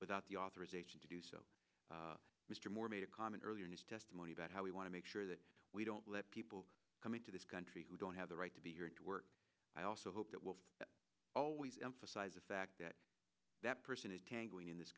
without the authorization to do so mr moore made a comment earlier in his testimony about how we want to make sure that we don't let people come into this country who don't have the right to be here and to work i also hope that will always emphasize the fact that that person is tangling in this